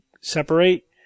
separate